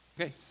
Okay